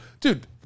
Dude